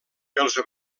els